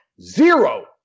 zero